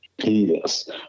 Yes